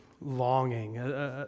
longing